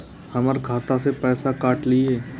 हमर खाता से पैसा काट लिए?